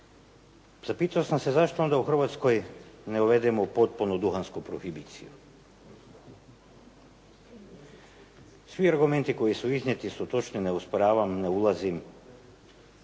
zapitao sam se zašto onda u Hrvatskoj ne uvedemo potpunu duhansku prohibiciju? Svi argumenti koji su iznijeti su točni, ne osporavam, ne ulazim